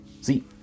See